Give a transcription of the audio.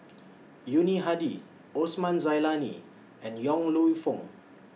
Yuni Hadi Osman Zailani and Yong Lew Foong